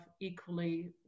equally